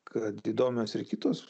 kad įdomios ir kitos